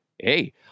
Hey